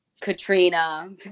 Katrina